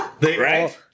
Right